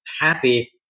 happy